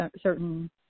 certain